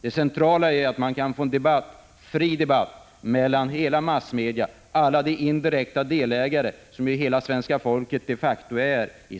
Det centrala är att man kan få en fri debatt i massmedia och med alla indirekta delägare i Svenska Varv som hela svenska folket de facto är.